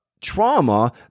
trauma